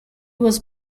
was